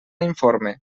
informe